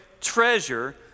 treasure